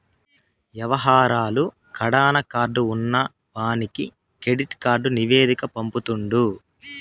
యవహారాలు కడాన కార్డు ఉన్నవానికి కెడిట్ కార్డు నివేదిక పంపుతుండు